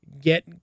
get